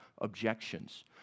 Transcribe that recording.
objections